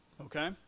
Okay